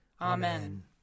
Amen